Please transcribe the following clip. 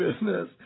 business